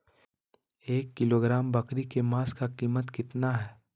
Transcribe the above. एक किलोग्राम बकरी के मांस का कीमत कितना है?